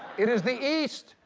it is the east,